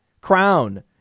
crown